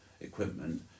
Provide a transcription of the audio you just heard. equipment